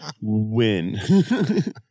win